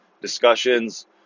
discussions